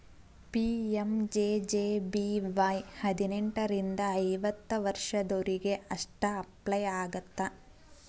PMJJBY ಹದಿನೆಂಟರಿಂದ ಐವತ್ತ ವರ್ಷದೊರಿಗೆ ಅಷ್ಟ ಅಪ್ಲೈ ಆಗತ್ತ